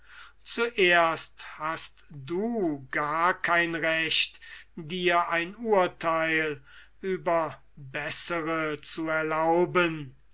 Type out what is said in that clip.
zuerst hast du gar kein recht dir ein urtheil über bessere zu erlauben